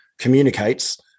communicates